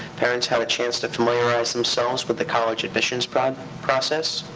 parents had a chance to familiarize themselves with the college admissions but um process.